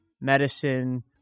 medicine